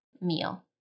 meal